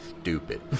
stupid